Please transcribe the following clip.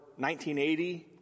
1980